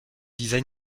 design